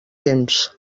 temps